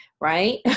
right